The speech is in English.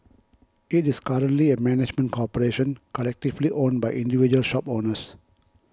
it is currently a management corporation collectively owned by individual shop owners